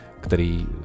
který